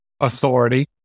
authority